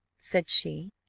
said she,